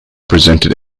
presented